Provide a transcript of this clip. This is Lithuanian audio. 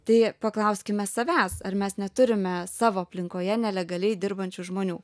tai paklauskime savęs ar mes neturime savo aplinkoje nelegaliai dirbančių žmonių